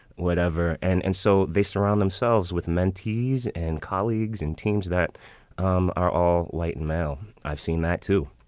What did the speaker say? whatever. and and so they surround themselves with mentees and colleagues and teams that um are all white and male. i've seen that, too.